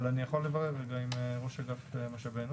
אבל אני יכול לברר עם ראש אגף משאבי אנוש,